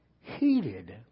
heated